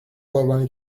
قربانی